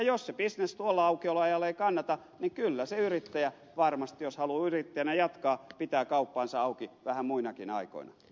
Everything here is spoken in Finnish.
jos se bisnes tuolla aukioloajalla ei kannata niin kyllä se yrittäjä varmasti jos haluaa yrittäjänä jatkaa pitää kauppaansa auki vähän muinakin aikoina